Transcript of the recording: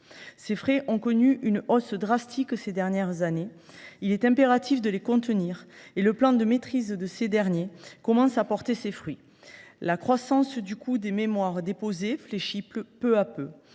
Ces frais ont connu une hausse drastique ces dernières années ; il est impératif de les contenir. Le plan de maîtrise commence à porter ses fruits. Ainsi, la croissance du coût des mémoires déposés fléchit peu à peu